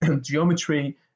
geometry